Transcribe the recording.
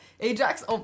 Ajax